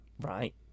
right